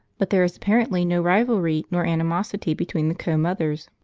but there is apparently no rivalry nor animosity between the co-mothers.